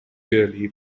yearly